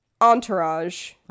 Entourage